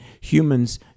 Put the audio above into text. humans